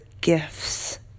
gifts